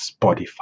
spotify